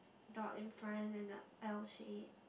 dog in front and a L shape